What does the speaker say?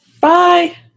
Bye